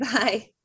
Bye